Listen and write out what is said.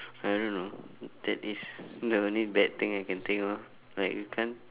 I don't know that is the only bad thing I can think of like you can't